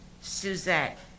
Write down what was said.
Suzette